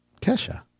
Kesha